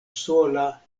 sola